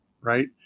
right